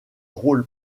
rôle